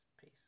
peace